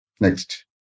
Next